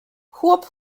chłop